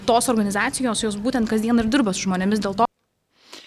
tos organizacijos jos būtent kasdien ir dirba su žmonėmis dėl to